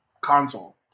console